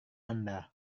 anda